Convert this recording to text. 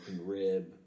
rib